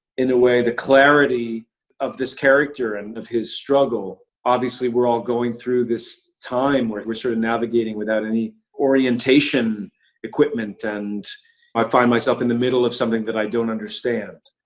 in a way, the clarity of this character and with his struggle. obviously, we're all going through this time, where we're sort of navigating without any orientation equipment, and i find myself in the middle of something that i don't understand.